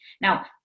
Now